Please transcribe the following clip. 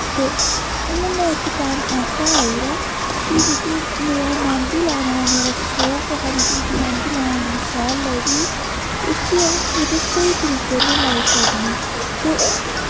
ते हून इक टैम ऐसा आई गेदा कि जेह्की मेरा मैह्ंदी लाने दा मेरा शौक हा मिगी जेह्की मैह्ंदी लाना इन्नी शैल लगदी ही उस्सी अ'ऊं पूरे स्हेई तरीके कन्नै लाई सकनी ते